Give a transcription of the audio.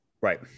Right